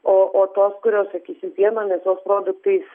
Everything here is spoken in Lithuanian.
o o tos kurios statysim pieno mėsos produktais